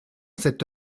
cette